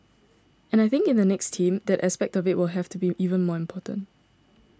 and I think in the next team that aspect of it will have to be even more important